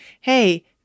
Hey